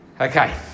Okay